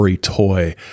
toy